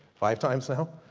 five times now.